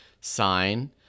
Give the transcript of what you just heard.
sign